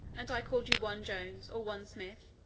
and i called you one jones, or one smith,